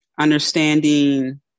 understanding